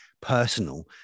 personal